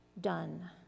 Done